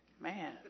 Man